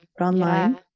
online